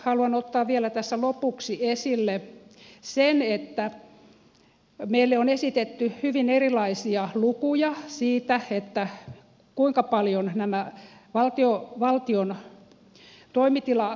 haluan ottaa vielä tässä lopuksi esille sen että meille on esitetty hyvin erilaisia lukuja siitä kuinka paljon nämä valtion toimitilakustannukset ovat